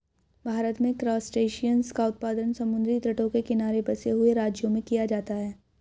भारत में क्रासटेशियंस का उत्पादन समुद्री तटों के किनारे बसे हुए राज्यों में किया जाता है